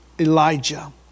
Elijah